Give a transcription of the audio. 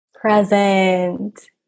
Present